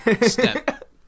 step